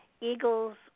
eagles